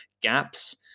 gaps